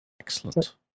Excellent